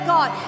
God